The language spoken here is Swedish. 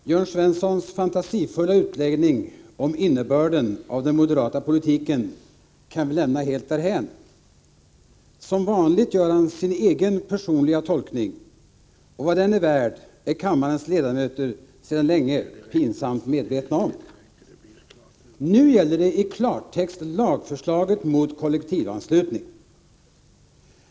Herr talman! Jörn Svenssons fantasifulla utläggning om innebörden av den moderata politiken kan vi lämna helt därhän. Som vanligt gör han sin egen personliga tolkning, och vad den är värd är kammarens ledamöter sedan länge pinsamt medvetna om. Nu gäller det i klartext lagförslaget mot kollektivanslutning.